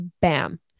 bam